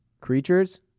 creatures